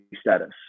status